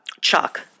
Chuck